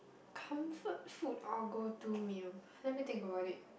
comfort food or go to meal let me think about it